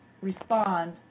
respond